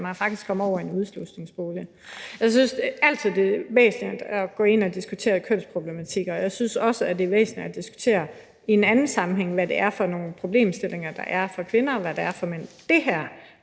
man faktisk komme over i en udslusningsbolig. Jeg synes altid, det er væsentligt at gå ind at diskutere kønsproblematikker, og jeg synes også, at det er væsentligt at diskutere i en anden sammenhæng, hvad det er for nogle problemstillinger, der er for kvinder, og hvad det er for nogle, der